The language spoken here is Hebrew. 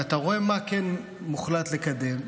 ואתה רואה מה כן מוחלט לקדם.